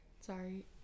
Sorry